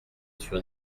sur